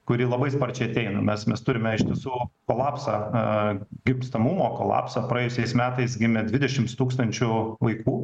kuri labai sparčiai ateina mes mes turime iš tiesų kolapsą gimstamumo kolapsą praėjusiais metais gimė dvidešimt tūkstančių vaikų